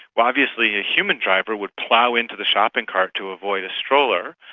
obviously a human driver would plough into the shopping cart to avoid a stroller,